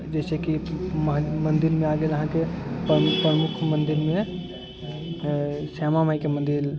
जइसे कि मन्दिरमे आ गेल अहाँके प्रमुख प्रमुख मन्दिरमे श्यामा माइके मन्दिर